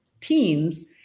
teams